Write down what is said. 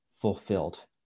fulfilled